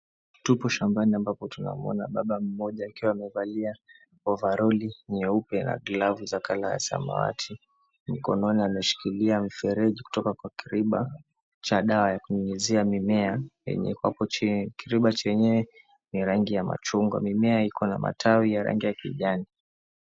Tupo shambani ambapo tunamuona baba mmoja akiwa amevalia ovaroli nyeupe na glavu za colour za samawati, mkononi ameshikilia mfereji kutoka kwenye kriba cha dawa ya kunyunyizia mimea yenye iko hapo chini. Kiriba chenyewe ni ya rangi ya machungwa. Mimea iko na matawi ya rangi ya kijani.